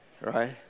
Right